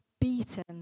beaten